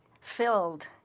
filled